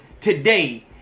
today